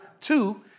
two